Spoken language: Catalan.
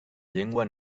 llengua